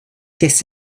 this